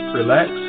relax